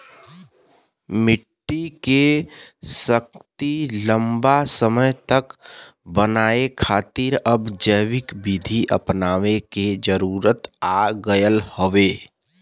मट्टी के शक्ति लंबा समय तक बनाये खातिर अब जैविक विधि अपनावे क जरुरत आ गयल हौ